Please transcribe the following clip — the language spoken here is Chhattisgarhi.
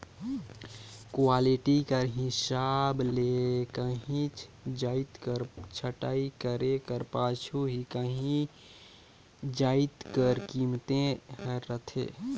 क्वालिटी कर हिसाब ले काहींच जाएत कर छंटई करे कर पाछू ही काहीं जाएत कर कीमेत हर रहथे